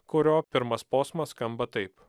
kurio pirmas posmas skamba taip